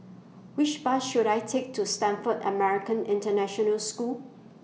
Which Bus should I Take to Stamford American International School